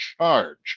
charge